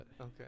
Okay